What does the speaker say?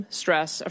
stress